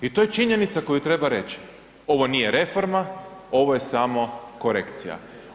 I to je činjenica koju treba reći, ovo nije reforma, ovo je samo korekcija.